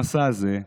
המסע הזה,